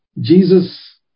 Jesus